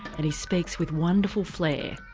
and he speaks with wonderful flair.